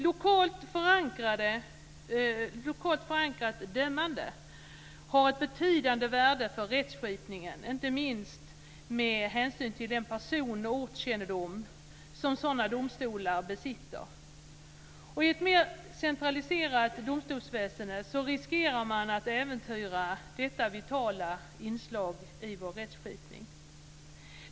Lokalt förankrat dömande är av betydande värde för rättskipningen, inte minst med hänsyn till den personoch ortkännedom som sådana domstolar besitter. I ett mer centraliserat domstolsväsende riskerar man att äventyra detta vitala inslag i vår rättskipning.